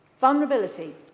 Vulnerability